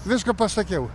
viską pasakiau